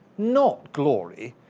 not glory,